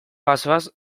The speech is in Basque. bazoaz